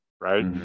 Right